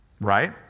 Right